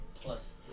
plus